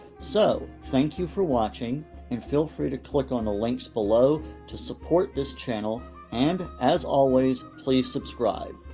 so, thank you for watching and feel free to click on the links below to support this channel and, as always, please subscribe.